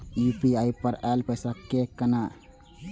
UPI पर आएल पैसा कै कैन?